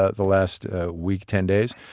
ah the last week, ten days.